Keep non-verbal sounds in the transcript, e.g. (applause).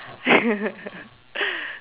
(laughs)